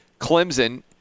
Clemson